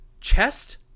chest